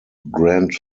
grand